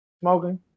smoking